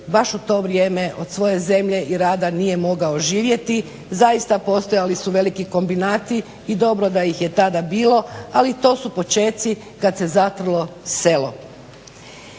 baš u to vrijeme od svoje zemlje i rada nije mogao živjeti. Zaista, postojali su veliki kombinati i dobro da ih je tada bilo, ali to su počeci kada se zatrlo selo.